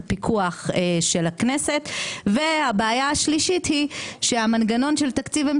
לכל היותר הגשה של שני תקציבים